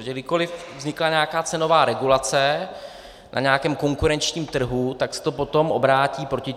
Protože kdykoliv vznikla nějaká cenová regulace na nějakém konkurenčním trhu, tak se to potom obrátí proti